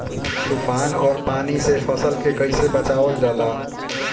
तुफान और पानी से फसल के कईसे बचावल जाला?